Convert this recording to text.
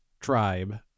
tribe